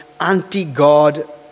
anti-God